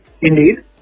Indeed